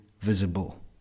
Visible